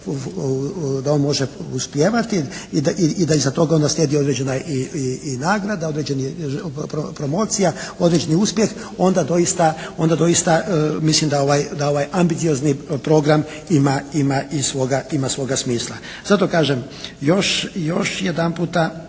da on može uspijevati. I da iza toga onda slijedi određena i nagrada, određeni promocija, određeni uspjeh. Onda doista, onda doista mislim da ovaj ambiciozni program ima i svoga, ima svoga smisla. Zato kažem još, još jedanputa